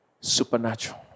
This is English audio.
supernatural